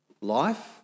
Life